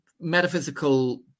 metaphysical